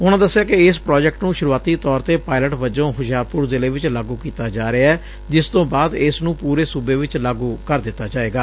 ਉਨੂਾ ਦਸਿਆ ਕਿ ਇਸ ਪ੍ਰੋਜੈਕਟ ਨੂੰ ਸੁਰੂਆਤੀ ਤੌਰ ਤੇ ਪਾਇਲਟ ਵਜੋਂ ਹੁਸ਼ਿਆਰਪੁਰ ਜ਼ਿਲ੍ਹੇ ਵਿਚ ਲਾਗੂ ਕੀਤਾ ਜਾ ਰਿਹੈ ਜਿਸ ਤੋਂ ਬਾਅਦ ਇਸ ਨੂੰ ਪੂਰੇ ਸੂਬੇ ਵਿਚ ਲਾਗੂ ਕਰ ਦਿੱਤਾ ਜਾਵੇਗਾ